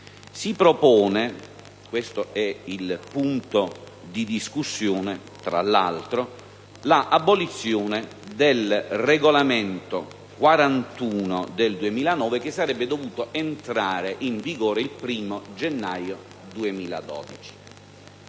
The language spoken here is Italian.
- ed è questo il punto di discussione, tra l'altro - l'abolizione del regolamento n. 41 del 2009, che sarebbe dovuto entrare in vigore il 1° gennaio 2012.